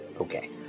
okay